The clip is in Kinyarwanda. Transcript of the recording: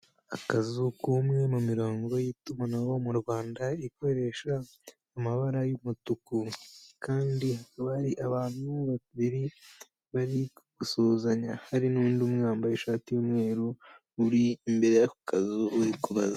Akazu k'umwe mu mirongo y'itumanaho mu Rwanda ikoresha amabara y'umutuku, kandi hakaba hari abantu babiri bari gusuhuzanya hari n'undi wambaye ishati y'umweru, uri imbere y'akazu uri kubaza.